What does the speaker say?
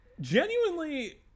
Genuinely